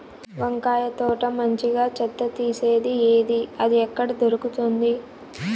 వంకాయ తోట మంచిగా చెత్త తీసేది ఏది? అది ఎక్కడ దొరుకుతుంది?